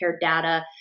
data